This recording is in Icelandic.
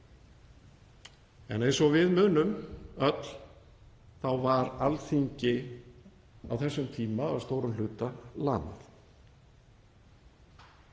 En eins og við munum öll var Alþingi á þessum tíma að stórum hluta lamað.